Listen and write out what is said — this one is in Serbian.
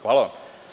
Hvala vam.